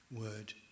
word